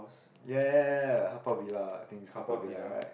ya ya ya ya ya Haw Par-Villa I think it's Haw Par-Villa right